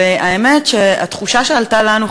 והאמת שהתחושה שעלתה אצלנו,